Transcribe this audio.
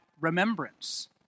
remembrance